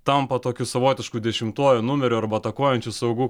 tampa tokiu savotišku dešimtuoju numeriu arba atakuojančiu saugu